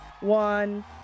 one